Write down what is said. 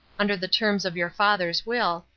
under the terms of your father's will,